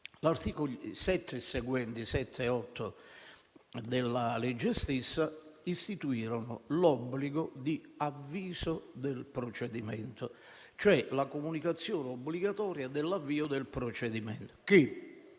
articoli 7 e 8 della stessa istituirono l'obbligo di avviso del procedimento, e cioè la comunicazione obbligatoria dell'avvio del procedimento,